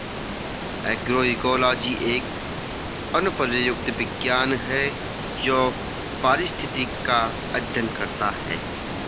agroecology एक अनुप्रयुक्त विज्ञान है जो पारिस्थितिक का अध्ययन करता है